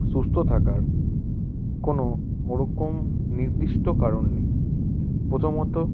সুস্থ থাকার কোনো ওরকম নির্দিষ্ট কারণ নেই প্রথমত